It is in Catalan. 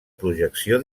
projecció